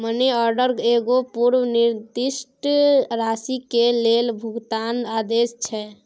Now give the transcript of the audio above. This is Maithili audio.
मनी ऑर्डर एगो पूर्व निर्दिष्ट राशि के लेल भुगतान आदेश छै